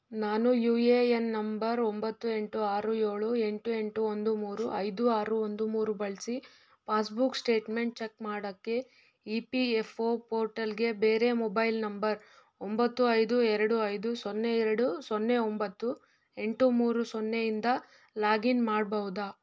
ನಾನು U A N number ಒಂಬತ್ತು ಎಂಟು ಆರು ಏಳು ಎಂಟು ಎಂಟು ಒಂದು ಮೂರು ಐದು ಆರು ಒಂದು ಮೂರು ಬಳಸಿ ಪಾಸ್ಬುಕ್ ಸ್ಟೇಟ್ಮೆಂಟ್ ಚೆಕ್ ಮಾಡೋಕ್ಕೆ ಇ ಪಿ ಎಫ್ ಒ ಪೋರ್ಟಲ್ಗೆ ಬೇರೆ ಮೊಬೈಲ್ ನಂಬರ್ ಒಂಬತ್ತು ಐದು ಎರಡು ಐದು ಸೊನ್ನೆ ಎರಡು ಸೊನ್ನೆ ಒಂಬತ್ತು ಎಂಟು ಮೂರು ಸೊನ್ನೆಯಿಂದ ಲಾಗಿನ್ ಮಾಡ್ಬೋದಾ